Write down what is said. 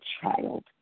child